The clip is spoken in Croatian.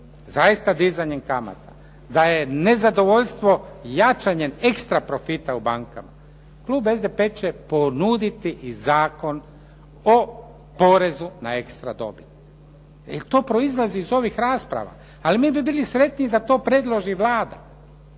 zaista dizanjem kamata, da je nezadovoljstvo jačanjem ekstra profita u bankama. Klub SDP-a će ponuditi i Zakon o porezu na ekstra dobit jer to proizlazi iz ovih rasprava. Ali mi bi bili sretniji da to predloži Vlada.